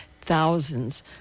thousands